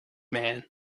man